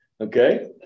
Okay